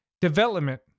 development